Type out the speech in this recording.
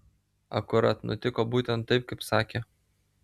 akurat nutiko būtent taip kaip sakė